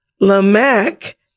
Lamech